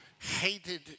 Hated